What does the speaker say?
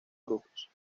grupos